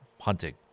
hunting